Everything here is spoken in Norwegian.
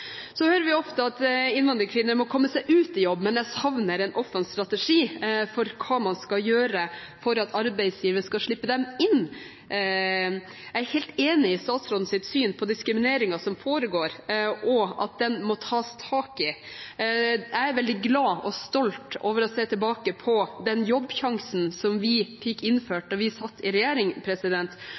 hører ofte at innvandrerkvinner må komme seg ut i jobb, men jeg savner en offensiv strategi for hva man skal gjøre for at arbeidsgiverne skal slippe dem inn. Jeg er helt enig i statsrådens syn på diskrimineringen som foregår, og at den må tas tak i. Jeg er veldig glad og stolt over å se tilbake på Jobbsjansen, som vi fikk innført da vi satt i regjering.